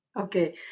Okay